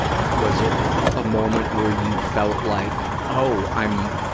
was it a moment where you felt like, oh, i'm,